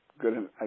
good